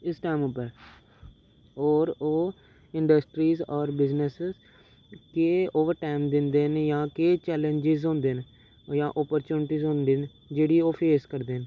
इस टैम उप्पर ओर ओह् इंडस्ट्रीज होर बिजनेस केह् ओवर टैम दिंदे न जां केह् चैलेंज़स होंदे न जां ओपरचुंटिज होंदी न जेह्ड़ी ओह् फेस करदे न